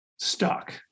Stuck